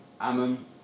Ammon